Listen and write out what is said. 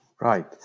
Right